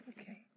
Okay